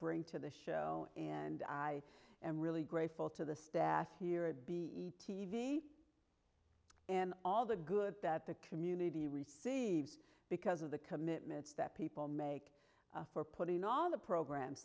bring to the show and i am really grateful to the staff here at b t v and all the good that the community receives because of the commitments that people make for putting all the programs